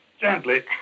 Gently